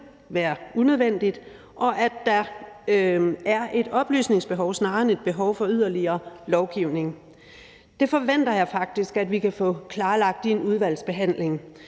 være unødvendigt, og at der er et oplysningsbehov snarere end behov for yderligere lovgivning. Jeg forventer faktisk, at vi kan få klarlagt det i en udvalgsbehandling